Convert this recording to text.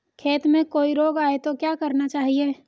खेत में कोई रोग आये तो क्या करना चाहिए?